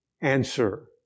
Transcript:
answer